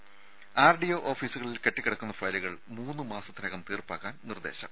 ത ആർഡിഒ ഓഫീസുകളിൽ കെട്ടിക്കിടക്കുന്ന ഫയലുകൾ മൂന്ന് മാസത്തിനകം തീർപ്പാക്കാൻ നിർദേശം